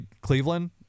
Cleveland